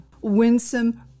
Winsome